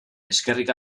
eskerrik